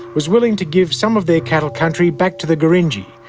was willing to give some of their cattle country back to the gurindji.